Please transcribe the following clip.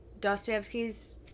Dostoevsky's